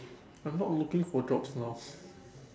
I'm not looking for jobs now